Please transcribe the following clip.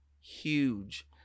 huge